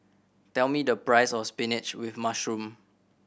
tell me the price of spinach with mushroom